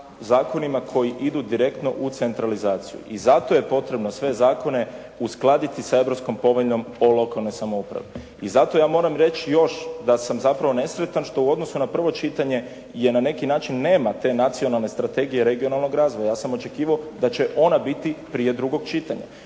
zakonima koji idu direktno u centralizaciju. I zato je potrebno sve zakone uskladiti sa Europskom poveljom o lokalnoj samoupravi. I zato ja moram reći još da sam zapravo nesretan što u odnosu na prvo čitanje jer na neki način nema te Nacionalne strategije regionalnog razvoja. Ja sam očekivao da će ona biti prije drugog čitanja.